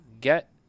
get